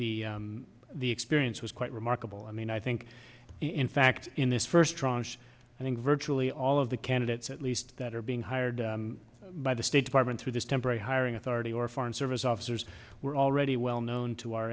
the the experience was quite remarkable i mean i think in fact in this first tranche i think virtually all of the candidates at least that are being hired by the state department through this temporary hiring authority or foreign service officers were already well known to our